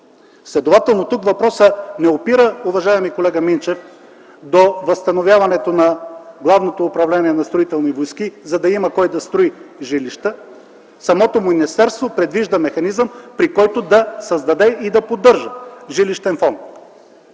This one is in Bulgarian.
Следователно тук въпросът, уважаеми колега Минчев, не опира до възстановяването на Главното управление на Строителните войски, за да има кой да строи жилища, а самото министерство предвижда механизъм, при който да създаде и поддържа жилищен фонд.